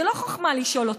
זה לא חוכמה לשאול אותי,